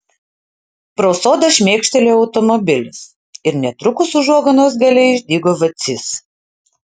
pro sodą šmėkštelėjo automobilis ir netrukus užuoganos gale išdygo vacys